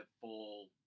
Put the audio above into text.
full